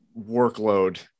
workload